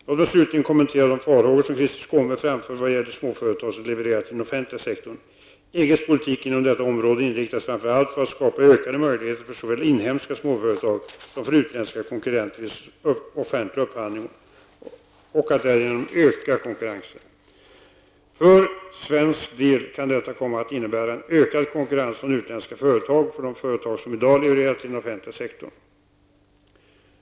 Låt mig slutligen kommentera de farhågor som Krister Skånberg framför vad gäller småföretag som levererar till den offentliga sektorn. EGs politik inom detta område inriktas framför allt på att skapa ökade möjligheter för såväl inhemska småföretag som för utländska konkurrenter vid offentlig upphandling och att därigenom öka konkurrensen. För svensk del kan detta komma att innebära en ökad konkurrens från utländska företag för de företag som i dag levererar till den offentliga sektorn.